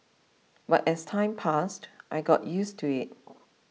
but as time passed I got used to it